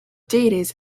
deities